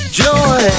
joy